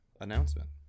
announcement